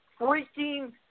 freaking